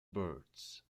birds